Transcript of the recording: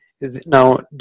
Now